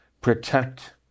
protect